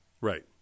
right